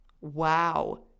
Wow